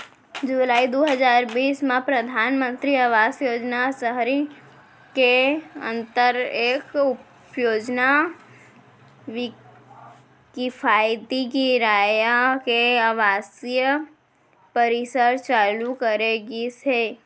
जुलाई दू हजार बीस म परधानमंतरी आवास योजना सहरी के अंदर एक उपयोजना किफायती किराया के आवासीय परिसर चालू करे गिस हे